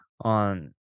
on